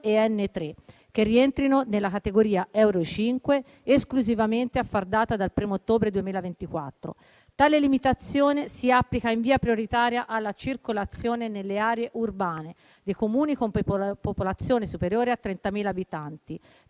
che rientrino nella categoria euro 5, esclusivamente a far data dal 1° ottobre 2024. Tale limitazione si applica in via prioritaria alla circolazione nelle aree urbane dei Comuni con popolazione superiore a 30.000 abitanti